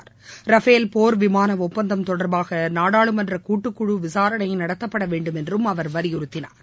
Rafale போர் விமான ஒப்பந்தம் தொடர்பாக நாடாளுமன்ற கூட்டுக்குழு விசாரணை நடத்தப்பட வேண்டும் என்றும் அவர் வலியுறுத்தினார்